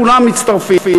כולם מצטרפים,